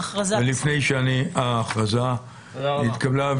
ההכרזה התקבלה.